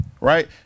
right